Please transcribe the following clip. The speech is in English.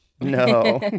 No